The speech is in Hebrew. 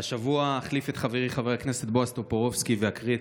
השבוע אחליף את חברי חבר הכנסת בועז טופורובסקי ואקריא את